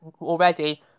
already